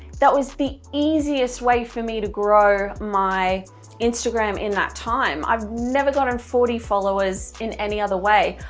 that was the easiest way for me to grow my instagram in that time, i've never gotten forty followers in any other way,